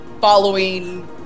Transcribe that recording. following